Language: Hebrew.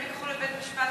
הם ילכו לבית-משפט,